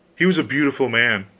he was a beautiful man,